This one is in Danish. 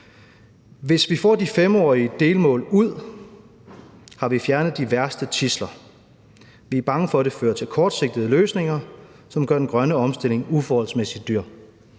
»Hvis vi får de femårige delmål ud, har vi fjernet de værste tidsler. Vi er bange for, at det fører til kortsigtede løsninger, som gør den grønne omstilling uforholdsmæssigt dyr